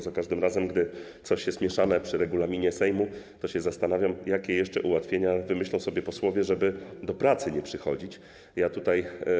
Za każdym razem, gdy coś jest mieszane przy regulaminie Sejmu, to się zastanawiam, jakie jeszcze ułatwienia wymyślą sobie posłowie, żeby nie przychodzić do pracy.